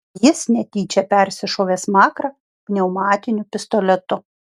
jis netyčia persišovė smakrą pneumatiniu pistoletu